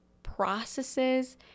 processes